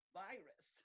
virus